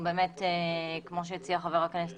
מועצת